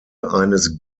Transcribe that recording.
eines